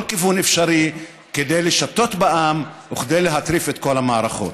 כיוון אפשרי כדי לשטות בעם וכדי להטריף את כל המערכות.